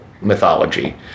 mythology